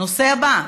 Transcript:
הנושא הבא,